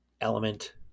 element